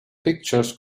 pictures